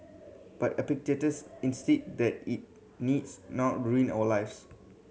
but Epictetus insist that it needs not ruin our lives